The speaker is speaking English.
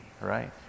right